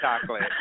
chocolate